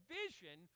vision